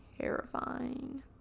terrifying